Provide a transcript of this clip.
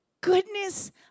goodness